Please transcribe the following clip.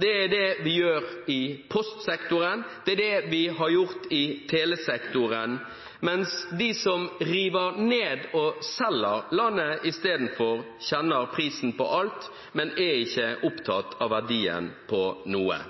det er det vi gjør i postsektoren, det er det vi har gjort i telesektoren, mens de som river ned og selger landet, i stedet for kjenner prisen på alt, men ikke er opptatt av verdien på noe.